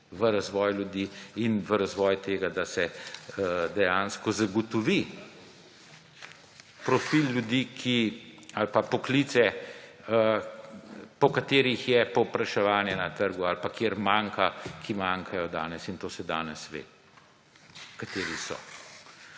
v razvoj, ljudi in v razvoj tega, da se dejansko zagotovi profil ljudi ali pa poklice, po katerih je povpraševanje na trgu, ki manjkajo. In to se danes ve, kateri so.